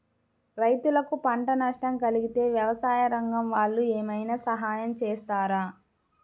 రైతులకు పంట నష్టం కలిగితే వ్యవసాయ రంగం వాళ్ళు ఏమైనా సహాయం చేస్తారా?